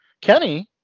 kenny